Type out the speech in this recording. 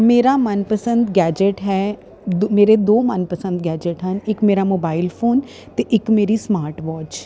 ਮੇਰਾ ਮਨ ਪਸੰਦ ਗੈਜਟ ਹੈ ਮੇਰੇ ਦੋ ਮਨ ਪਸੰਦ ਗੈਜਟ ਹਨ ਇੱਕ ਮੇਰਾ ਮੋਬਾਈਲ ਫੋਨ ਅਤੇ ਇੱਕ ਮੇਰੀ ਸਮਾਟ ਵੋਚ